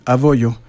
Avoyo